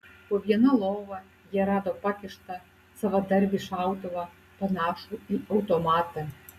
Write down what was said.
po viena lova jie rado pakištą savadarbį šautuvą panašų į automatą